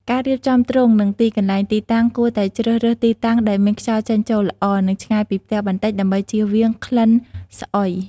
ការរៀបចំទ្រុង និងទីកន្លែង ទីតាំង គួរតែជ្រើសរើសទីតាំងដែលមានខ្យល់ចេញចូលល្អ និងឆ្ងាយពីផ្ទះបន្តិចដើម្បីជៀសវាងក្លិនស្អុយ។